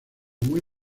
muy